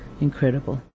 Incredible